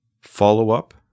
Follow-up